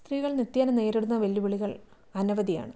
സ്ത്രീകൾ നിത്യേന നേരിടുന്ന വെല്ലുവിളികൾ അനവധിയാണ്